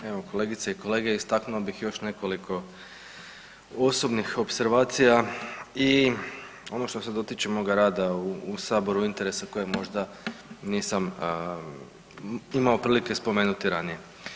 Evo kolegice i kolege, istaknuo bih još nekoliko osobnih opservacija i ono što se dotiče moga rada u Saboru ili interesa kojeg možda nisam imao prilike spomenuti ranije.